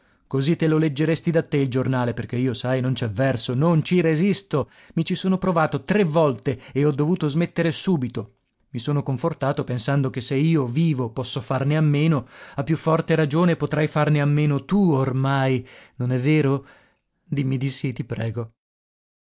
così te lo leggeresti da te il giornale perché io sai non c'è verso non ci resisto mi ci sono provato tre volte e ho dovuto smettere subito i sono confortato pensando che se io vivo posso farne a meno a più forte ragione potrai farne a meno tu ormai non è vero dimmi di sì ti prego